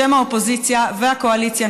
בשם האופוזיציה והקואליציה,